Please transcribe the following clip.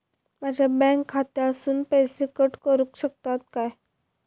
माझ्या बँक खात्यासून पैसे कट करुक शकतात काय?